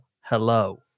hello